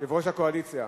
יושב-ראש הקואליציה.